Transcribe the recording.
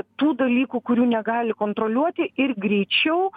tų dalykų kurių negali kontroliuoti ir greičiau